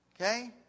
Okay